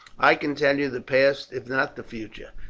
i can tell you the past if not the future,